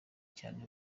cyane